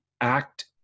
act